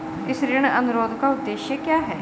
इस ऋण अनुरोध का उद्देश्य क्या है?